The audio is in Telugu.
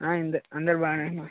అంతే అందరు బాగా ఉన్నారు